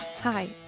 Hi